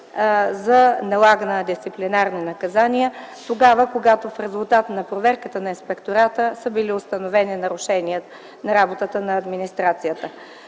за налагане на дисциплинарни наказания тогава, когато в резултат на проверката на инспектората са били установени нарушения на работата на администрацията.